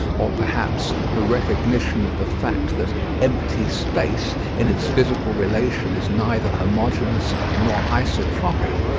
or, perhaps, the recognition of the fact that empty space in its physical relation is neither homogeneous nor isotropic,